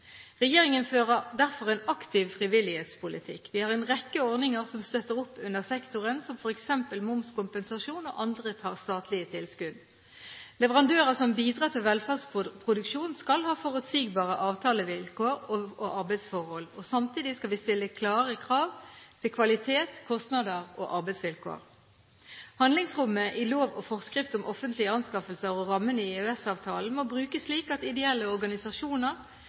Regjeringen fører derfor en aktiv frivillighetspolitikk. Vi har en rekke ordninger som støtter opp under sektoren, som f.eks. momskompensasjon og andre statlige tilskudd. Leverandører som bidrar til velferdsproduksjon, skal ha forutsigbare avtalevilkår og arbeidsforhold, og samtidig skal vi stille klare krav til kvalitet, kostnader og arbeidsvilkår. Handlingsrommet i lov og forskrift om offentlige anskaffelser og rammene i EØS-avtalen må brukes slik at de ideelle